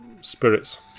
spirits